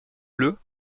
bleu